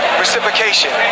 reciprocation